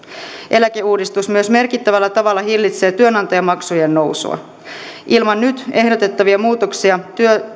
eläkeuudistus myös merkittävällä tavalla hillitsee työnantajamaksujen nousua ilman nyt ehdotettavia muutoksia